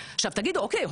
עכשיו תגידו אוקיי,